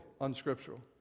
unscriptural